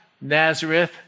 Nazareth